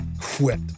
quit